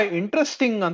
interesting